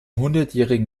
hundertjährigen